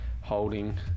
holding